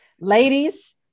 Ladies